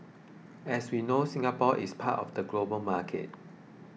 as we know Singapore is part of the global market